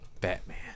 Batman